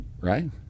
right